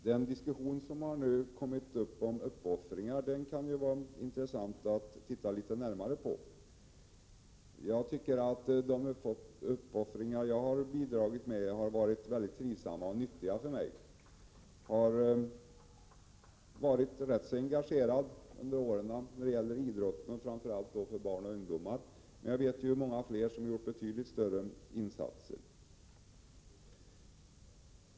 Herr talman! Den fråga som har kommit upp om uppoffringar kan vara intressant att titta litet närmare på. Jag tycker att de uppoffringar jag har bidragit med har varit väldigt trivsamma och nyttiga för mig. Jag har under åren varit rätt engagerad inom idrotten, framför allt för barn och ungdomar, men jag vet många som har gjort betydligt större insatser.